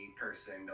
person